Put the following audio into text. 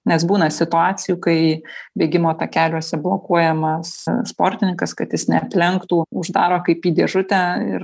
nes būna situacijų kai bėgimo takeliuose blokuojamas sportininkas kad jis neaplenktų uždaro kaip į dėžutę ir